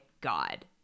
god